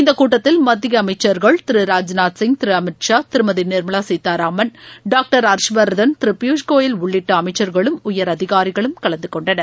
இந்தகூட்டத்தில் மத்தியஅமைச்சர்கள் திரு ராஜ்நாத்சிங் திருஅமித்ஷா திருமதிநிர்மலாசீதாராமன் டாக்டர் திருபியூஷ் கோயல் உள்ளிட்டஅமைச்சர்களும் உயர் அதிகாரிகளும் கலந்தகொண்டனர்